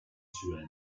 suède